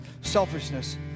selfishness